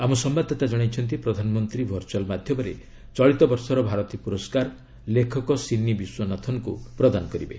ଆମ ସମ୍ଭାଦଦାତା ଜଣାଇଛନ୍ତି ପ୍ରଧାନମନ୍ତ୍ରୀ ଭର୍ଚ୍ଚଆଲ୍ ମାଧ୍ୟମରେ ଚଳିତ ବର୍ଷର ଭାରତୀ ପୁରସ୍କାର ଲେଖକ ସିନି ବିଶ୍ୱନାଥନ୍ଙ୍କୁ ପ୍ରଦାନ କରିବେ